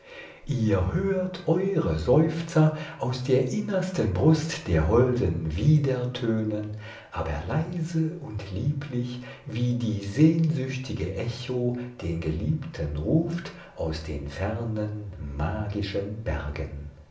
ihr hört eure seufzer aus der innersten brust der holden wiedertönen aber leise und lieblich wie die sehnsüchtige echo den geliebten ruft aus den fernen magischen bergen